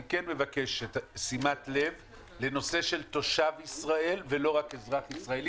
אני כן מבקש שימת לב לנושא של תושב ישראל ולא רק אזרח ישראל.